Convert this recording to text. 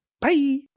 Bye